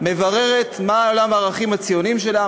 מבררת מה עולם הערכים הציוניים שלה,